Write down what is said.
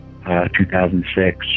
2006